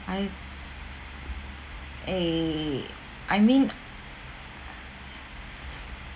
I a I mean